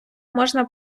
можна